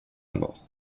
mort